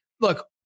Look